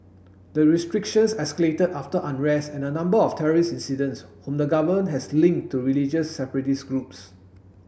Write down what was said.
the restrictions escalated after unrest and a number of terrorist incidents whom the government has linked to religious separatist groups